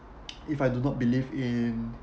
if I do not believe in